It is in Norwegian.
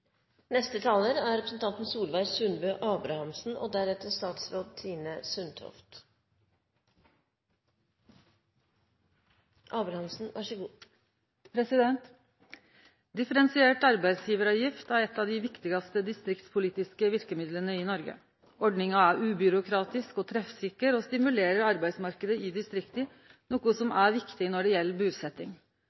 arbeidsgjevaravgift er eit av dei viktigaste distriktspolitiske verkemidla i Noreg. Ordninga er ubyråkratisk og treffsikker og stimulerer arbeidsmarknaden i distrikta – noko som er viktig når det gjeld